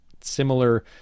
similar